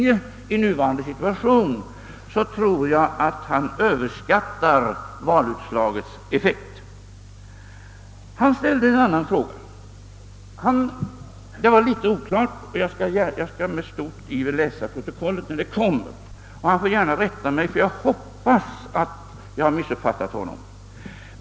Herr Bohman ställde även en annan fråga. Den var litet oklar, och jag skall med stor iver läsa protokollet när det kommer. Herr Bohman får gärna rätta mig, ty jag hoppas att jag missuppfattat honom.